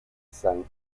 sant